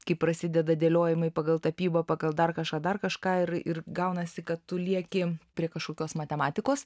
kai prasideda dėliojimai pagal tapybą pagal dar kažką dar kažką ir ir gaunasi kad tu lieki prie kažkokios matematikos